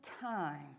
time